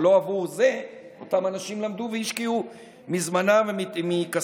אבל לא עבור זה אותם אנשים למדו והשקיעו מזמנם ומכספם.